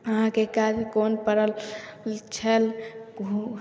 आहाँके काजमे कोन पड़ल छल कहू